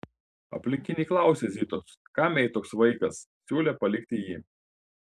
aplinkiniai klausė zitos kam jai toks vaikas siūlė palikti jį